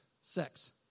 sex